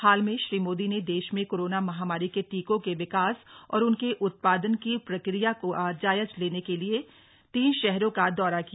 हाल में श्री मोदी ने देश में कोरोना महामारी के टीकों के विकास और उनके उत्पादन की प्रक्रिया का जायजा लेने के लिए तीन शहरों का दौरा किया